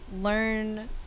learn